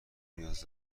نیاز